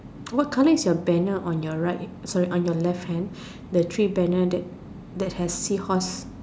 what colour is your banner on your right sorry on your left hand the three banner that that has seahorse